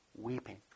weeping